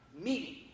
meeting